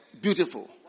beautiful